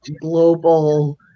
global